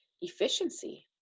efficiency